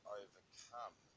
overcome